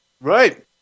Right